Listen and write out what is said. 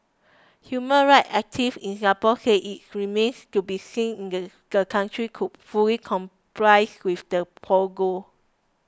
human rights activists in Singapore said it remains to be seen the country could fully complies with the protocol